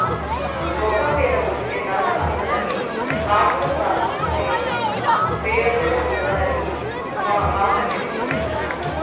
మొఖం మీద వచ్చే నల్లమచ్చలకి ఆముదం రాసుకుంటే పెయోజనం ఉంటదని మా బామ్మ జెప్పింది